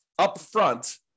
upfront